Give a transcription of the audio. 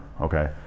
Okay